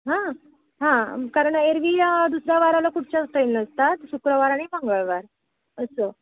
हां हां कारण एरव्ही या दुसऱ्या वाराला कुठच्या ट्रेन नसतात शुक्रवार आणि मंगळवार असं